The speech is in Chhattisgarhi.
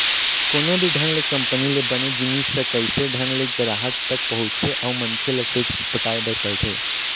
कोनो भी ढंग ले कंपनी ले बने जिनिस ह कइसे ढंग ले गराहक तक पहुँचथे अउ मनखे ल टेक्स पटाय बर पड़थे